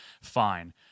Fine